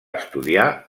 estudiar